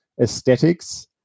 aesthetics